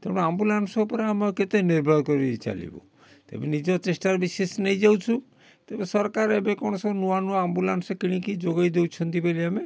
ତେଣୁ ଆମ୍ବୁଲାନ୍ସ ଉପରେ ଆମେ କେତେ ନିର୍ଭର କରିକି ଚାଲିବୁ ତେବେ ନିଜ ଚେଷ୍ଟାରେ ବିଶେଷ ନେଇ ଯାଉଛୁ ତେବେ ସରକାର ଏବେ କ'ଣ ସବୁ ନୂଆନୂଆ ଆମ୍ବୁଲାନ୍ସ କିଣିକି ଯୋଗେଇ ଦେଉଛନ୍ତି ବେଲି ଆମେ